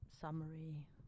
Summary